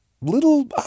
little